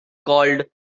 called